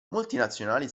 multinazionali